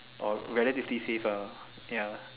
or relatively safe ah ya